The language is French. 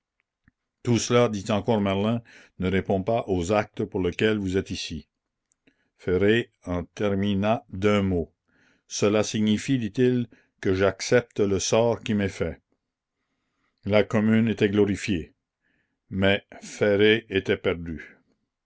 tout cela dit encore merlin ne répond pas aux actes pour lequel vous êtes ici ferré en termina d'un mot la commune cela signifie dit-il que j'accepte le sort qui m'est fait la commune était glorifiée mais ferré était perdu